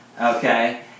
Okay